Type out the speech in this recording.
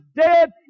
dead